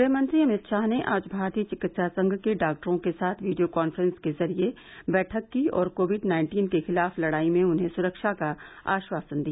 गृह मंत्री अमित शाह ने आज भारतीय चिकित्सा संघ के डॉक्टरों के साथ वीडियो कान्फ्रेंस के जरिये बैठक की और कोविड नाइन्टीन के खिलाफ लड़ाई में उन्हें सुरक्षा का आश्वासन दिया